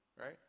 right